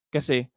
Kasi